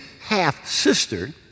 half-sister